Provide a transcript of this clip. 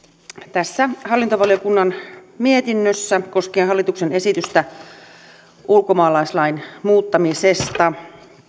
tässä hallintovaliokunnan mietinnössä koskien hallituksen esitystä ulkomaalaislain muuttamisesta